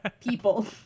people